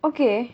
okay